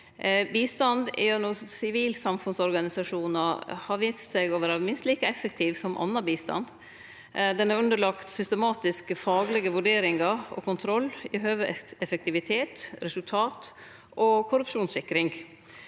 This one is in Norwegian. Bistand gjennom sivilsamfunnsorganisasjonar har vist seg å vere minst like effektiv som annan bistand. Den er underlagd systematiske faglege vurderingar og kontroll i høve til effektivitet, resultat og korrupsjonssikring.